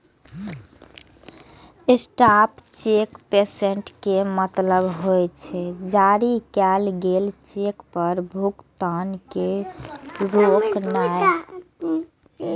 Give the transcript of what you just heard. stop cheque payment के मतलब होइ छै, जारी कैल गेल चेक पर भुगतान के रोकनाय